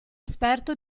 esperto